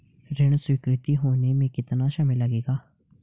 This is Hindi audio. ऋण स्वीकृत होने में कितना समय लगेगा?